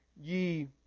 ye